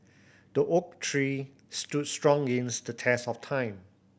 the oak tree stood strong against the test of time